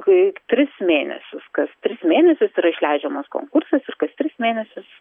kai tris mėnesius kas tris mėnesius yra išleidžiamas konkursas ir kas tris mėnesius